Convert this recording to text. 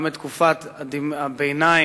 גם בתקופת הביניים,